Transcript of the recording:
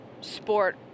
sport